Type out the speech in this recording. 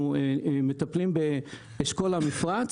אנחנו מטפלים באשכול המפרץ,